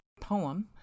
poem